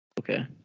Okay